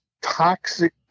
toxic